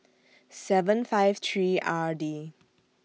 seven five three R D